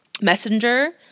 messenger